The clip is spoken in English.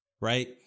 right